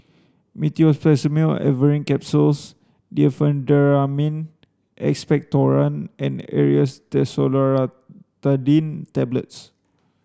Meteospasmyl Alverine Capsules Diphenhydramine Expectorant and Aerius DesloratadineTablets